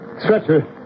Stretcher